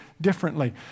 differently